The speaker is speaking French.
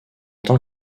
tant